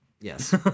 Yes